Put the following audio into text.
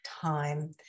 time